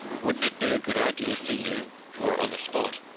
wouldn't it be a good idea for you, who are on the spot,